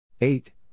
Eight